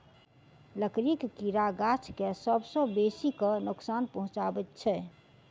लकड़ीक कीड़ा गाछ के सभ सॅ बेसी क नोकसान पहुचाबैत छै